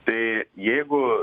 tai jeigu